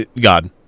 god